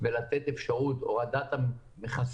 ואני מתכבד לפתוח את ישיבת ועדת הכלכלה של